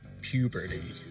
puberty